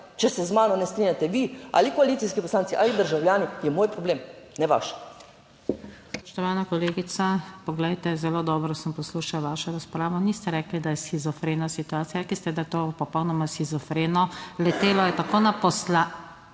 Če se z mano ne strinjate vi ali koalicijski poslanci ali državljani je moj problem, ne vaš.